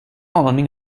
aning